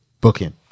booking